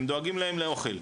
והם דואגים להם לאוכל.